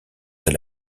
elle